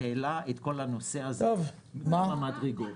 זה העלה את כל הנושא הזה בכמה מדרגות.